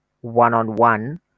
one-on-one